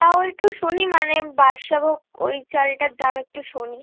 তাও একটু শুনি মানে ওই বাদশাভোগ ওই চালটার দাম একটু শুনি